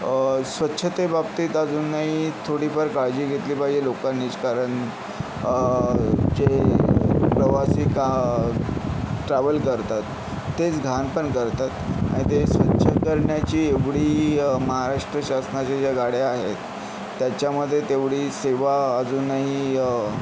स्वच्छते बाबतीत अजूनही थोडीफार काळजी घेतली पाहिजे लोकांनीच कारण जे प्रवासी का ट्रॅव्हल करतात तेच घाण पण करतात आणि ते स्वच्छ करण्याची एवढी महाराष्ट्र शासनाच्या ज्या गाड्या आहेत त्याच्यामध्ये तेवढी सेवा अजूनही